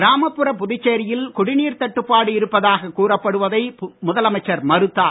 கிராமப்புற புதுச்சேரியில் குடிநீர் தட்டுப்பாடு இருப்பதாக கூறப்படுவதை முதலமைச்சர் மறுத்தார்